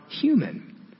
human